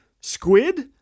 Squid